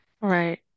Right